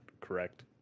correct